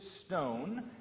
stone